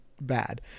bad